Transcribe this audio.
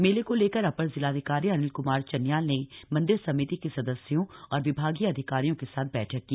मेले को लेकर अपर जिलाधिकारी अनिल क्मार चन्याल ने मंदिर समिति के सदस्यों और विभागीय अधिकारियों के साथ बैठक की